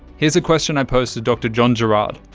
here's a question i posed to dr john gerrard,